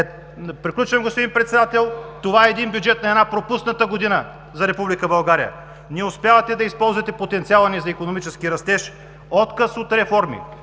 Приключвам, господин Председател. Това е един бюджет на една пропусната година за Република България. Не успявате да използвате потенциала ни за икономически растеж, отказ от реформи.